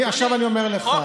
עכשיו אני אומר לך,